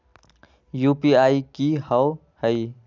UPI कि होअ हई?